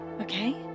okay